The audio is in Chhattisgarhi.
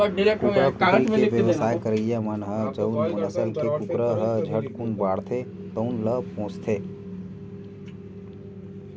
कुकरा, कुकरी के बेवसाय करइया मन ह जउन नसल के कुकरा ह झटकुन बाड़थे तउन ल पोसथे